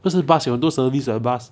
不是 bus 有很多 service [what] bus